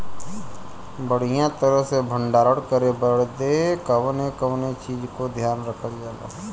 बढ़ियां तरह से भण्डारण करे बदे कवने कवने चीज़ को ध्यान रखल जा?